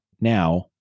now